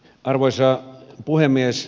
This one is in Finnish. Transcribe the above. arvoisa puhemies